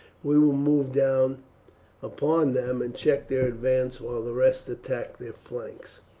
we will move down upon them and check their advance while the rest attack their flanks.